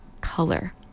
color